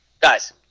Guys